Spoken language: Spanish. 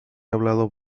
hablado